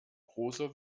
großer